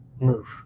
move